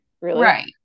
right